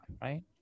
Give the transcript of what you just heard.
right